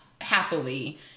happily